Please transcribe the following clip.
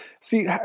See